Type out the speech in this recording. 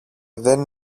δεν